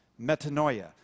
metanoia